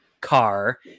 car